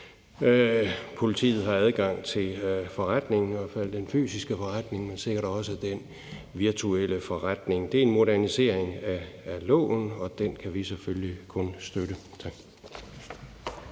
Politiet har adgang til forretningen, i hvert fald den fysiske forretning, men sikkert også den virtuelle forretning. Det er en modernisering af loven, og den kan vi selvfølgelig kun støtte.